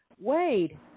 Wade